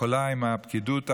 עם הפקידות הקיימת,